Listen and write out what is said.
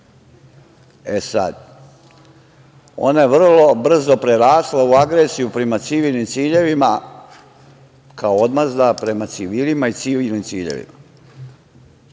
agresija. Ona je vrlo brzo prerasla u agresiju prema civilnim ciljevima kao odmazda prema civilima i civilnim ciljevima.